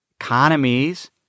Economies